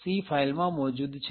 c file માં મોજુદ છે